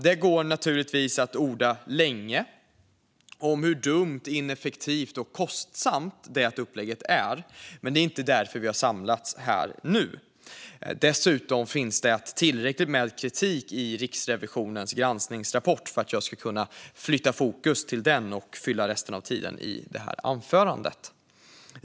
Det går naturligtvis att orda länge om hur dumt, ineffektivt och kostsamt detta upplägg är, men det är inte därför vi har samlats här. Dessutom finns det tillräckligt med kritik i Riksrevisionens granskningsrapport för att jag ska kunna flytta fokus till den och på så sätt fylla resten av tiden i det här anförandet.